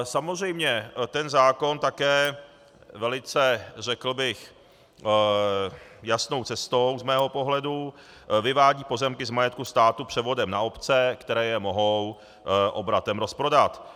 Samozřejmě zákon také velice, řekl bych, jasnou cestou z mého pohledu vyvádí pozemky z majetku státu převodem na obce, které je mohou obratem rozprodat.